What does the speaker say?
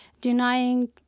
denying